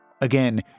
Again